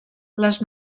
les